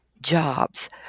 jobs